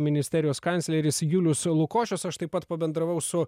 ministerijos kancleris julius lukošius aš taip pat pabendravau su